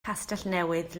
castellnewydd